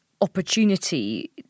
opportunity